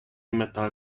metal